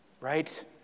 right